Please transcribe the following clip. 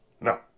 No